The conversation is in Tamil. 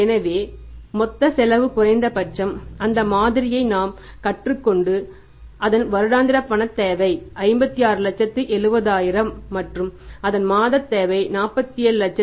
எனவே மொத்த செலவு குறைந்தபட்சம் அந்த மாதிரியை நாம் கற்றுக் கொண்டு அதன் வருடாந்திர பணத் தேவை 5670000 மற்றும் அதன் மாதத் தேவை 47